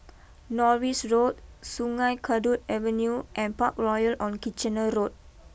Norris Road Sungei Kadut Avenue and Parkroyal on Kitchener Road